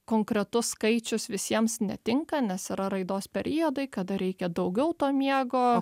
konkretus skaičius visiems netinka nes yra raidos periodai kada reikia daugiau to miego